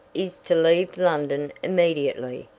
is to leave london immediately.